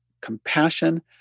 compassion